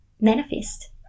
manifest